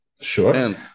sure